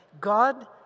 God